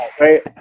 right